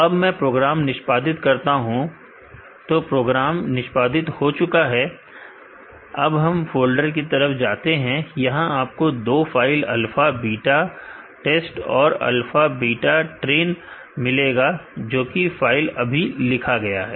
तो अब मैं प्रोग्राम निष्पादित करता हूं तो प्रोग्राम निष्पादित हो चुका है अब हम फोल्डर की तरफ जाते हैं यहां आपको 2 फाइल अल्फा बीटा टेस्ट और अल्फा बीटा ट्रेन मिलेगा जो की फाइल अभी लिखा गया है